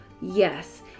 Yes